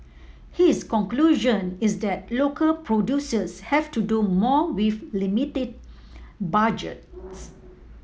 his conclusion is that local producers have to do more with limited budgets